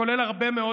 כולל הרבה מאוד,